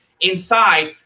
inside